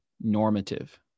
normative